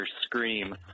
scream